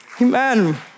Amen